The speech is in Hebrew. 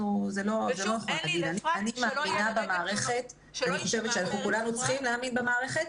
אני מאמינה במערכת ואני חושבת שכולנו צריכים להאמין במערכת,